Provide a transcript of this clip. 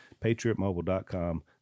PatriotMobile.com